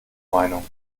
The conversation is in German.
meinung